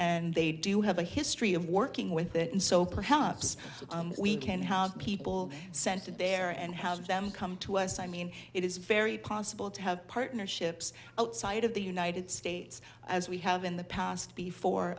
and they do have a history of working with that and so perhaps we can help people sense that there and have them come to us i mean it is very possible to have partnerships outside of the united states as we have in the past before